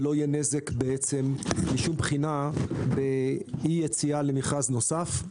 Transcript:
ולא יהיה נזק משום בחינה לאי יציאה למכרז נוסף.